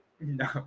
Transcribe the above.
No